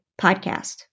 podcast